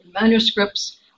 manuscripts